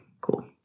cool